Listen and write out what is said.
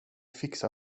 fixa